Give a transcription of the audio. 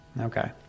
okay